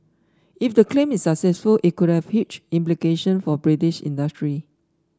if the claim is successful it could have huge implication for British industry